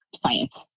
science